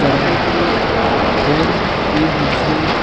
करा और एक दूसरे